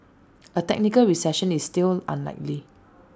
A technical recession is still unlikely